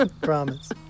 Promise